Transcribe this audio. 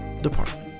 department